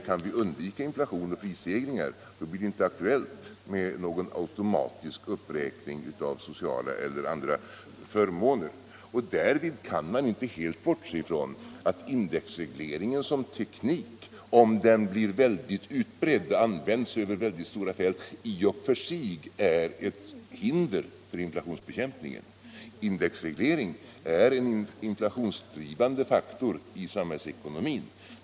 Kan vi undvika inflation och prisstegringar, blir det inte aktuellt med någon automatisk uppräkning av sociala eller andra förmåner. Man kan inte heller helt bortse från att indexregleringen som teknik, om den blir mycket utbredd och används över väldigt stora fält, i och för sig är ett hinder för inflationsbekämpningen. Indexreglering är en inflationsdrivande faktor i samhällsekonomin.